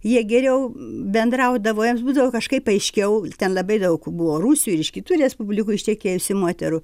jie geriau bendraudavo jiems būdavo kažkaip aiškiau ten labai daug buvo rusijoj ir iš kitų respublikų ištekėjusių moterų